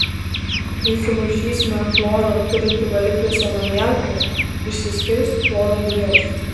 jei sumaišysime chloro turintį valiklį su amoniaku išsiskirs chloro dujos